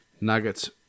Nuggets